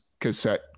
cassette